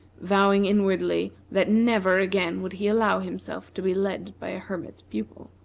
vowing inwardly that never again would he allow himself to be led by a hermit's pupil.